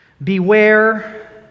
Beware